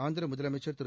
ஆந்திர முதலமைச்சர் திரு